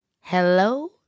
Hello